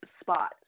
spot